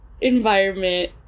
environment